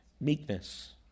meekness